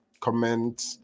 comment